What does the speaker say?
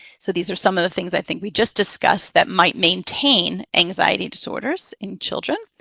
so these are some of the things i think we just discussed that might maintain anxiety disorders in children.